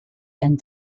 and